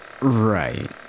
Right